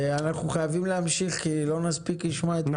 אנחנו חייבים להמשיך כי לא נספיק לשמוע את כולם.